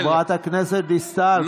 חברת הכנסת דיסטל, קריאה שנייה.